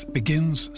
begins